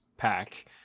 Pack